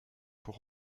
pour